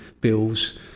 bills